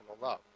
love